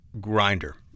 Grinder